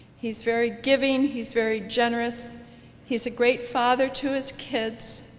he's very giving he's very generous he's a great father to his kids.